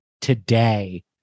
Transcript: today